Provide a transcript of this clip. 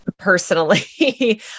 Personally